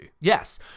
Yes